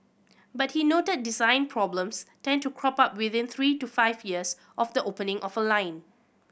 but he noted design problems tend to crop up within three to five years of the opening of a line